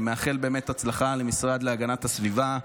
אני מאחל באמת הצלחה למשרד להגנת הסביבה.